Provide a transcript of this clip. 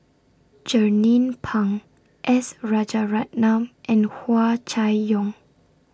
Jernnine Pang S Rajaratnam and Hua Chai Yong